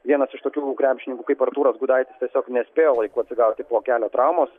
vienas iš tokių krepšininkų kaip artūras gudaitis tiesiog nespėjo laiku atsigauti po kelio traumos